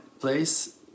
place